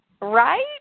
Right